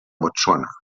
botswana